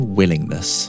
willingness